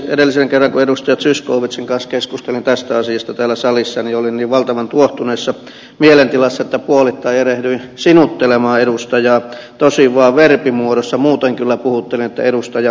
edellisen kerran kun edustaja zyskowiczin kanssa keskustelin tästä asiasta täällä salissa olin niin valtavan tuohtuneessa mielentilassa että puolittain erehdyin sinuttelemaan edustajaa tosin vaan verbimuodossa muuten kyllä puhuttelin että edustaja zyskowicz